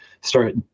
start